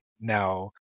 Now